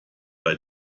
bei